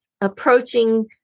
approaching